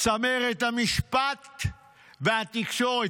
צמרת המשפט והתקשורת.